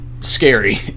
scary